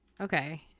Okay